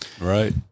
Right